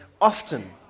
often